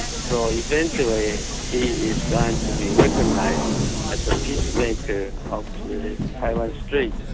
so eventually he is going to be recognised as a peacemaker of the taiwan strait,